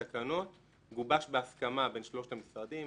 המתווה שמופיע כרגע בתקנות גובש בהסכמה בין שלושת המשרדים,